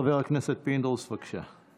חבר הכנסת פינדרוס, בבקשה.